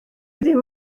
ddim